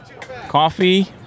coffee